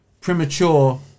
premature